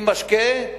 עם משקה,